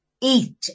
eat